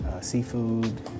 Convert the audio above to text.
Seafood